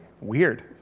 weird